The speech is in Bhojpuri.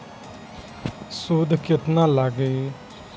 सूद केतना लागी?